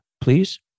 please